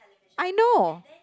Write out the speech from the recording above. I know